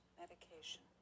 medication